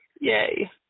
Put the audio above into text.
Yay